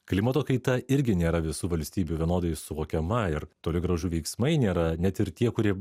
klimato kaita irgi nėra visų valstybių vienodai suvokiama ir toli gražu veiksmai nėra net ir tie kurie